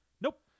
Nope